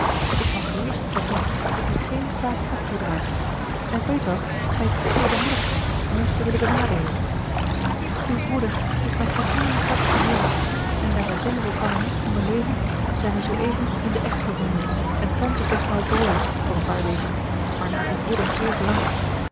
ik mag gerust zeggen dat ik u geen kwaad hart toedraag en ik weet wel dat gij te edelmoedig zijt om ons te willen benadeelen uw broeder heeft mijn geheele hart gewonnen en daar wij zonder elkander niet konden leven zijn wij zooeven in den echt verbonden en thans op weg naar dawlish voor een paar weken waarnaar uw broeder zeer verlangt